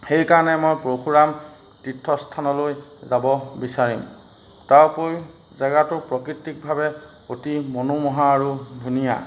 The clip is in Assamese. সেইকাৰণে মই পৰশুৰাম তীৰ্থস্থানলৈ যাব বিচাৰিম তাৰ উপৰি জেগাটোৰ প্ৰাকৃতিকভাৱে অতি মনোমোহা আৰু ধুনীয়া